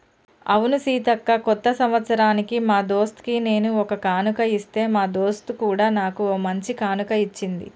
అవును సీతక్క కొత్త సంవత్సరానికి మా దొన్కి నేను ఒక కానుక ఇస్తే మా దొంత్ కూడా నాకు ఓ మంచి కానుక ఇచ్చింది